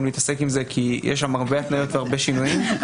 להתעסק בזה כי יש שם הרבה התניות והרבה שינויים.